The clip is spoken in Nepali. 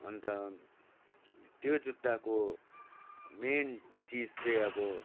अन्त त्यो जुत्ताको मेन चिज चाहिँ अब